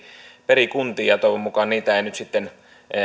perikuntiin ja toivon mukaan niitä ei nyt sitten